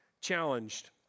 challenged